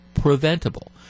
preventable